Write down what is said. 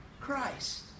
Christ